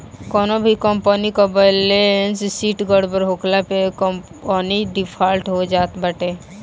कवनो भी कंपनी कअ बैलेस शीट गड़बड़ होखला पे कंपनी डिफाल्टर हो जात बाटे